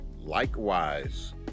Likewise